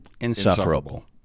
insufferable